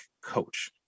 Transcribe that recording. coach